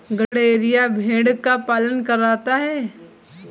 गड़ेरिया भेड़ का पालन करता है